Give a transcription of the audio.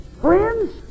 friends